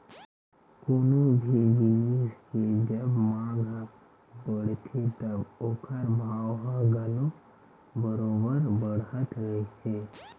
कोनो भी जिनिस के जब मांग ह बड़थे तब ओखर भाव ह घलो बरोबर बड़त रहिथे